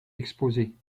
exposés